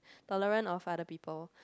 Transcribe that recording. tolerant of other people